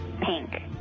pink